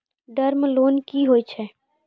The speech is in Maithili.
टर्म लोन कि होय छै?